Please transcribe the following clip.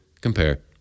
Compare